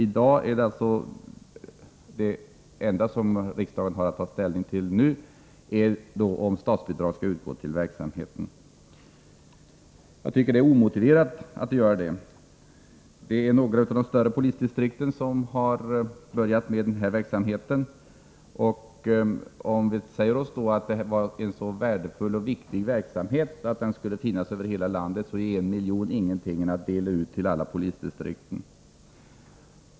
Det enda som riksdagen har att ta ställning till nu är huruvida statsbidrag skall utgå till verksamheten. Jag tycker att det är omotiverat att statsbidrag utgår. Det är några av de större polisdistrikten som börjat med denna verksamhet. Om vi säger oss att det är en så värdefull och viktig verksamhet att den bör finnas över hela landet, är 1 miljon ingenting att dela ut till alla polisdistrikten.